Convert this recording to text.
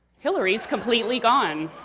hillary's completely gone.